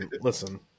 Listen